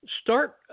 Start